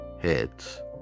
heads